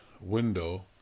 window